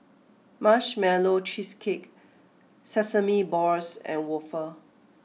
Marshmallow Cheesecake Sesame Balls and Waffle